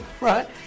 right